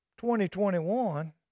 2021